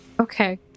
Okay